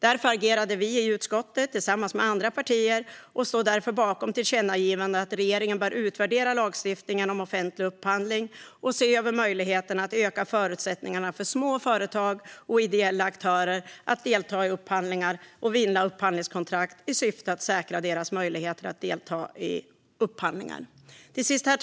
Därför agerade vi i utskottet tillsammans med andra partier och står nu bakom tillkännagivandet att regeringen bör utvärdera lagstiftningen om offentlig upphandling och se över möjligheterna att öka förutsättningarna för små företag och ideella aktörer att delta i upphandlingar och vinna upphandlingskontrakt i syfte att säkra deras möjligheter att delta i upphandlingar. Herr talman!